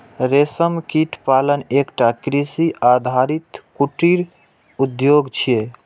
रेशम कीट पालन एकटा कृषि आधारित कुटीर उद्योग छियै